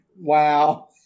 Wow